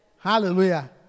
Hallelujah